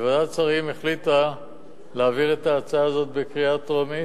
וועדת שרים החליטה להעביר את ההצעה הזאת בקריאה טרומית.